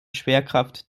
schwerkraft